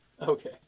Okay